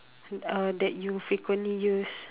um that you frequently use